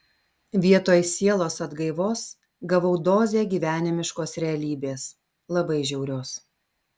vietoj sielos atgaivos gavau dozę gyvenimiškos realybės labai žiaurios